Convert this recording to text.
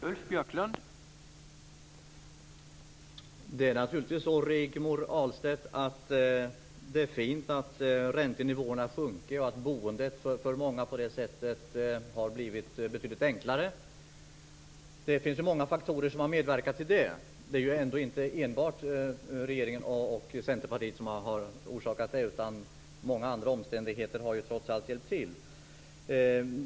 Herr talman! Det är naturligtvis bra att räntenivåerna sjunker, Rigmor Ahlstedt, och att boende har blivit betydligt enklare för många. Det är många faktorer som har medverkat till detta. Det är inte enbart regeringen och Centerpartiet som har åstadkommit det. Många andra omständigheter har trots allt bidragit.